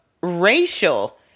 racial